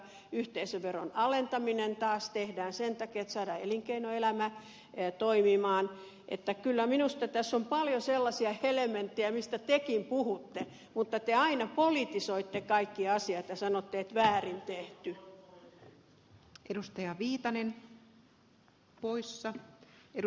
yhteisöveron alentaminen taas tehdään sen takia että saadaan elinkeinoelämä toimimaan niin että kyllä minusta tässä on paljon sellaisia elementtejä joista tekin puhutte mutta te aina politisoitte kaikki asiat ja sanotte että väärin tehty